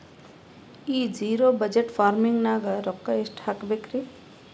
ಈ zero budget farming ನಾಗ್ ರೊಕ್ಕ ಎಷ್ಟು ಹಾಕಬೇಕರಿ?